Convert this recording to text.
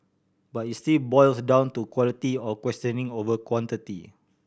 but it still boils down to quality of questioning over quantity